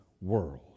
world